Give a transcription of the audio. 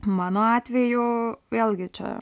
mano atveju vėlgi čia